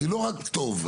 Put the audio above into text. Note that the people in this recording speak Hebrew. אני לא רק טוב.